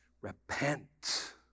repent